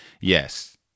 yes